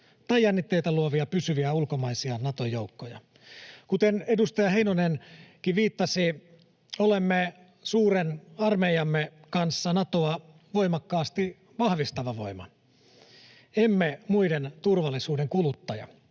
tai jännitteitä luovia pysyviä ulkomaisia Nato-joukkoja. Kuten edustaja Heinonenkin viittasi, olemme suuren armeijamme kanssa Natoa voimakkaasti vahvistava voima, [Timo Heinonen: Kyllä!] emme muiden turvallisuuden kuluttaja.